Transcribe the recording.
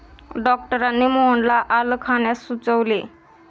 डॉक्टरांनी मोहनला आलं खाण्यास सुचविले